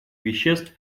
веществ